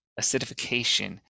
acidification